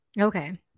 Okay